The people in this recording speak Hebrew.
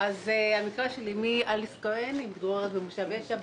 המקרה של אימי, אליס כהן היא מתגוררת במושב ישע,